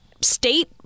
state